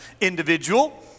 individual